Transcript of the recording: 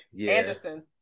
Anderson